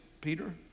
Peter